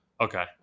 Okay